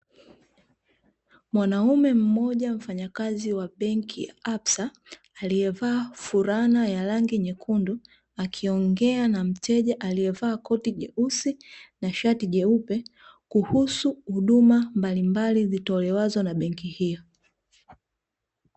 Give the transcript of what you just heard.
Mwanaume mmoja, mfanyakazi wa benki ya ABSA alievaa fulana ya rangi nyekundu akiongea na mteja alievaa koti jeusi na shati nyeupe kuhusu huduma mbalimbali zitolewazo na benki hiyo.